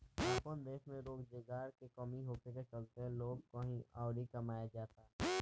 आपन देश में रोजगार के कमी होखे के चलते लोग कही अउर कमाए जाता